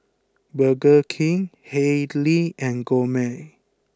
Burger King Haylee and Gourmet